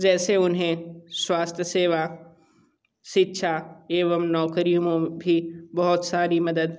जैसे उन्हें स्वास्थ्य सेवा शिक्षा एवं नौकरियों में भी बहुत सारी मदद